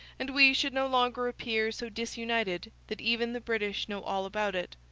and we should no longer appear so disunited that even the british know all about it.